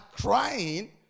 crying